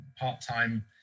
part-time